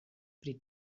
pri